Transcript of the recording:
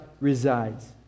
resides